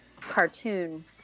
cartoon